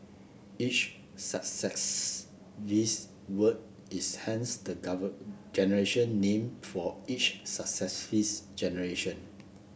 each success this word is hence the generation name for each success this generation